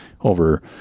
over